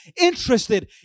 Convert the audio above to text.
interested